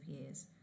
years